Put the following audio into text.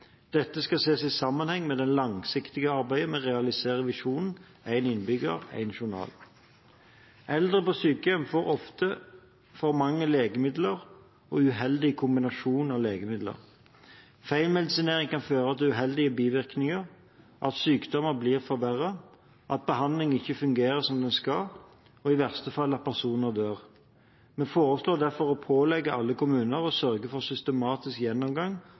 Dette skal ses i sammenheng med det langsiktige arbeidet med å realisere visjonen «én innbygger – én journal». Eldre på sykehjem får ofte for mange legemidler og uheldige kombinasjoner av legemidler. Feilmedisinering kan føre til uheldige bivirkninger, at sykdommen blir forverret, at behandlingen ikke fungerer som den skal, og i verste fall at personen dør. Vi foreslår derfor å pålegge alle kommuner å sørge for en systematisk gjennomgang